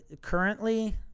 currently